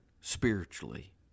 spiritually